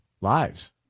lives